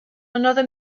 another